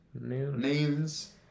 Names